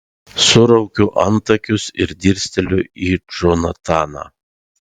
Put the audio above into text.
suraukiu antakius ir dirsteliu į džonataną